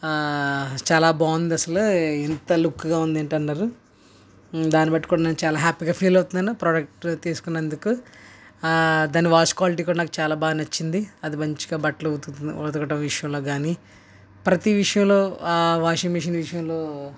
ఆ చాలా బాగుంది అసలు ఇంత లుక్గా ఉంది ఏంటన్నారు దాన్ని పట్టుకొని నేను చాలా హ్యాపీగా ఫీల్ అవుతున్నాను ప్రోడక్ట్ తీసుకున్నందుకు ఆ దాన్ని వాష్ క్వాలిటీ కూడా నాకు చాలా బాగా నచ్చింది అది మంచిగా బట్టల గురించి ఉతుకుతూ ఉతకడం విషయంలో గానీ ప్రతి విషయంలో ఆ వాషింగ్ మిషన్ విషయంలో